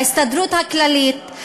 ההסתדרות הכללית,